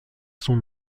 son